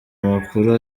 amakuru